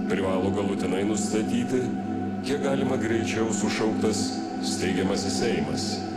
privalo galutinai nustatyti kiek galima greičiau sušauktas steigiamasis seimas